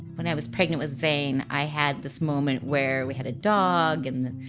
when i was pregnant with zane, i had this moment where we had a dog and